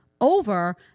over